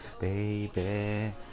Baby